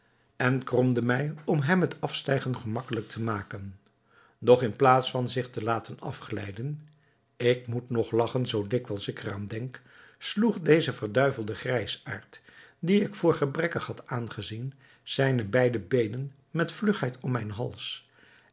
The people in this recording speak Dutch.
en kromde mij om hem het afstijgen gemakkelijk te maken doch in plaats van zich te laten afglijden ik moet nog lagchen zoo dikwijls ik er aan denk sloeg deze verduivelde grijsaard dien ik voor gebrekkig had aangezien zijne beide beenen met vlugheid om mijn hals